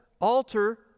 Altar